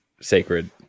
sacred